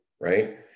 right